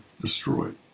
destroyed